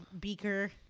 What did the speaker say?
Beaker